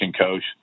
coach